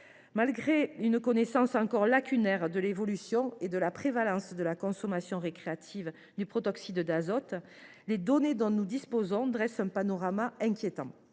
Malgré une connaissance encore lacunaire de l’évolution et de la prévalence de la consommation récréative du protoxyde d’azote, les données dont nous disposons dessinent un panorama inquiétant.